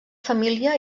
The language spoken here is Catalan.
família